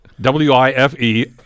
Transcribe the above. W-I-F-E